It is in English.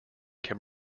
can